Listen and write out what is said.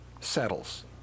settles